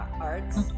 arts